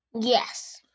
Yes